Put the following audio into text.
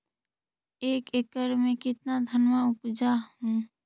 एक एकड़ मे कितना धनमा उपजा हू?